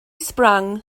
sprang